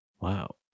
Wow